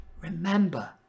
remember